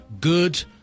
good